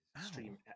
Stream